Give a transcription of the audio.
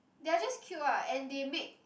they're just cute what and they make